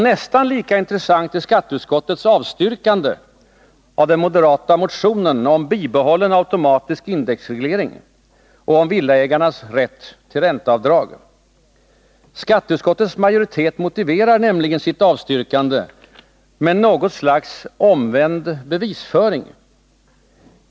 Nästan lika intressant är skatteutskottets avstyrkande av den moderata motionen om bibehållen automatisk indexreglering och om villaägarnas rätt till ränteavdrag. Skatteutskottets majoritet motiverar nämligen sitt avstyrkande med något slags omvänd bevisföring.